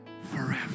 forever